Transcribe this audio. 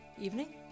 Evening